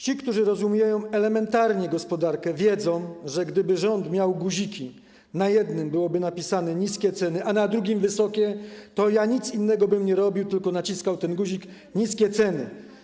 Ci, którzy rozumieją elementarnie gospodarkę, wiedzą, że gdyby rząd miał guziki, na jednym byłoby napisane „niskie ceny”, a na drugim - „wysokie”, to ja nic innego bym nie robił, tylko naciskał ten guzik „niskie ceny”